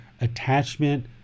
attachment